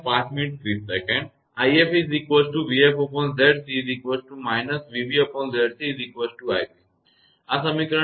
આ સમીકરણ 75 છે